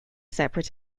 separate